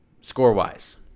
Score-wise